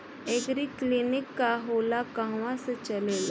एगरी clinic का होला कहवा से चलेँला?